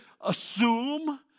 assume